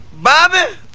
Bobby